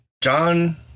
John